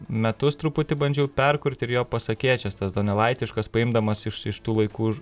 metus truputį bandžiau perkurti ir jo pasakėčias tas donelaitiškas paimdamas iš iš tų laikų